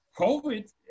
COVID